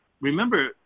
remember